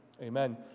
Amen